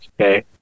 Okay